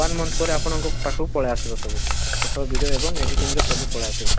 one month ପରେ ଆପଣଙ୍କ ପାଖକୁ ପଳେଇ ଆସିବ ସବୁ ଫୋଟୋ ଭିଡ଼ିଓ ଏବଂ ଏଡ଼ିଟିଂ ର ସବୁ ପଳେଇ ଆସିବ